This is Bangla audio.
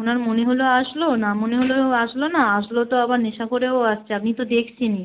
ওনার মনে হলো আসলো না মনে হলো আসলো না আসলো তো আবার নেশা করেও আসছে আপনি তো দেখছেনই